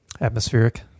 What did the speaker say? atmospheric